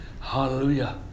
Hallelujah